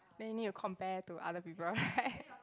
then you need to compare to other people right